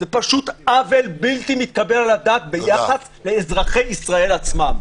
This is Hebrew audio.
זה פשוט עוול בלתי מתקבל על הדעת ביחס לאזרחי ישראל עצמם.